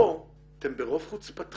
פה, אתם ברוב חוצפתכם